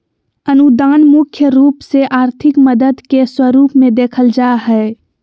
अनुदान मुख्य रूप से आर्थिक मदद के स्वरूप मे देखल जा हय